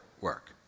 work